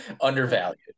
undervalued